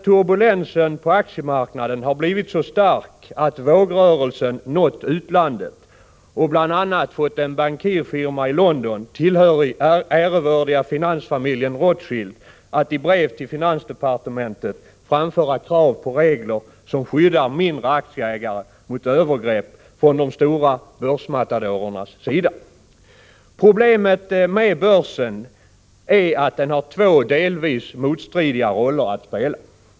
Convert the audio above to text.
turbulensen på aktiemarknaden har blivit så stark att dess vågrörelse nått utlandet. Bl.a. har en bankirfirma i London, tillhörig den ärevördiga finansfamiljen Rotschild, föranletts att i brev till finansdepartementet framföra krav på regler som skyddar mindre aktieägare mot övergrepp från de stora börsmatadorernas sida. Problemet med börsen är att den har två — delvis motstridiga — roller att spela.